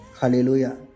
hallelujah